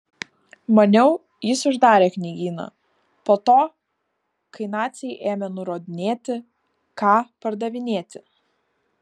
maniau jis uždarė knygyną po to kai naciai ėmė nurodinėti ką pardavinėti